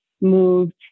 moved